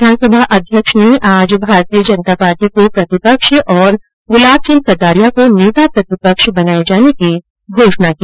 विधानसभा अध्यक्ष ने आज भारतीय जनता पार्टी को प्रतिपक्ष तथा गुलाब चंद कटारिया को नेता प्रतिपक्ष बनाये जाने की घोषणा की